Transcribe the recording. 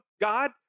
God